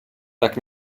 tak